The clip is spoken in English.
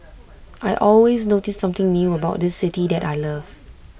I always notice something new about this city that I love